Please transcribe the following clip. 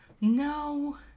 No